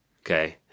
Okay